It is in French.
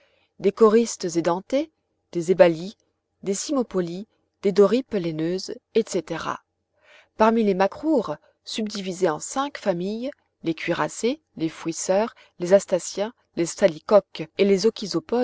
des corystes édentés des ébalies des cymopolies des dorripes laineuses etc parmi les macroures subdivisés en cinq familles les cuirassés les fouisseurs les astaciens les salicoques et les